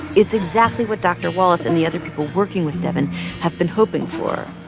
it's exactly what dr. wallace and the other people working with devyn have been hoping for.